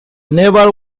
never